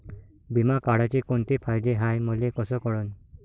बिमा काढाचे कोंते फायदे हाय मले कस कळन?